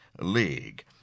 league